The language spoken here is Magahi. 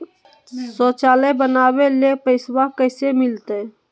शौचालय बनावे ले पैसबा कैसे मिलते?